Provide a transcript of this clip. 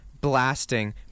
blasting